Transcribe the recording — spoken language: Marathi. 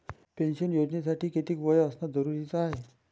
पेन्शन योजनेसाठी कितीक वय असनं जरुरीच हाय?